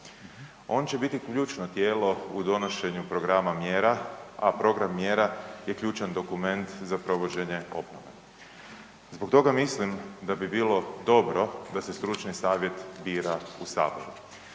On će biti ključno tijelo u donošenju programa mjera, a program mjera je ključan dokument za provođenje obnove. Zbog toga mislim da bi bilo dobro da se stručni savjet bira u Saboru